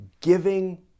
giving